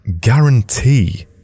guarantee